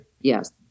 Yes